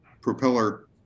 propeller